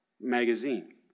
magazine